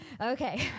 okay